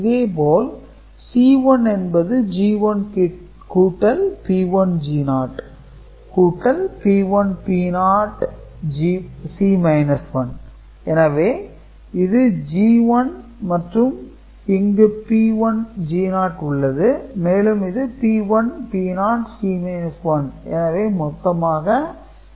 இதேபோல் C1 என்பது G1 கூட்டல் P1 G0 கூட்டல் P1 P0 C 1 எனவே இது G1 மற்றும் இங்கு P1 G0 உள்ளது மேலும் இது P1 P0 C 1 எனவே மொத்தமாக C1 உருவாகிறது